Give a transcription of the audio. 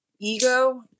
Ego